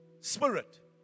spirit